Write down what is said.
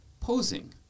posing